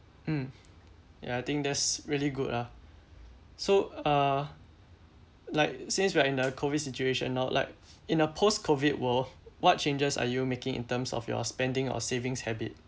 um ya I think that's really good lah so uh like since we are in the COVID situation now like in a post-COVID world what changes are you making in terms of your spending or savings habit